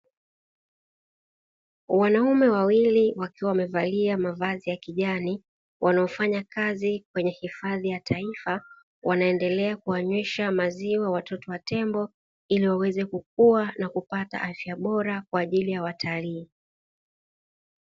Wanaume wawili wakiwa wamevalia mavazi ya kijani wanaofanya kazi kwenye hifadhi ya taifa, wanaendelea kuwanyeshwa maziwa watoto wa tembo ili waweze kukuwa na kupata afya bora kwa ajili ya watalii.